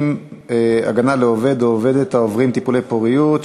(הגנה לעובדת או עובד העוברים טיפולי פוריות),